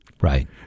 right